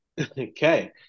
okay